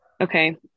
okay